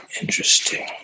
interesting